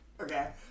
Okay